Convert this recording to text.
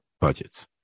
budgets